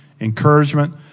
encouragement